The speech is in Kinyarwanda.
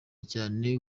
cyane